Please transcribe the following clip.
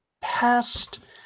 past